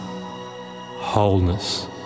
wholeness